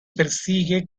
persigue